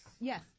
Yes